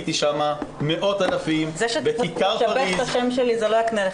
זה שאתה משרבב אתה שם שלי, זה לא יקנה לך נקודות.